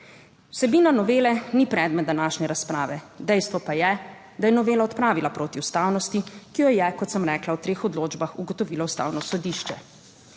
Vsebina novele ni predmet današnje razprave, dejstvo pa je, da je novela odpravila protiustavnosti, ki jo je, kot sem rekla, v treh odločbah ugotovilo Ustavno sodišče.